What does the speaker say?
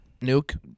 Nuke